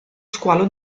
squalo